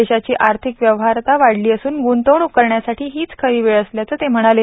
देशाची आर्थिक व्यवहार्यता वाढली असून ग्ंतवणूक करण्यासाठी हीच खरी वेळ असल्याचं ते म्हणाले